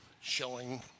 showing